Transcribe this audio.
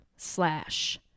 slash